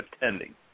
attending